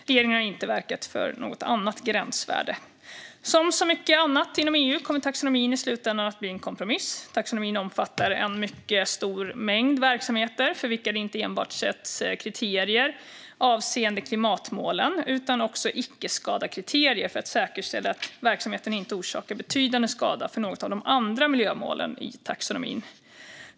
Regeringen har inte verkat för något annat gränsvärde. Som så mycket annat inom EU kommer taxonomin i slutändan att bli en kompromiss. Taxonomin omfattar en mycket stor mängd verksamheter för vilka det inte enbart sätts kriterier avseende klimatmålen utan också icke-skada-kriterier för att säkerställa att verksamheten inte orsakar betydande skada för något av de andra miljömålen i taxonomin.